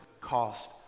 cost